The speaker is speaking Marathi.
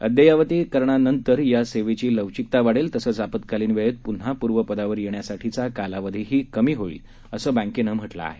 अद्ययावतीकरणानंतर या सेवेची लवचिकता वाढेल तसंच आपत्कालीन वेळेत पुन्हा पूर्वपदावर येण्यासाठीचा कालावधीही कमी होईल असं बँकेनं म्हटलं आहे